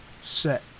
set